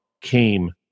came